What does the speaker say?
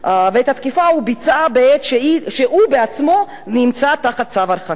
את התקיפה הוא ביצע בעת שהוא בעצמו נמצא תחת צו הרחקה.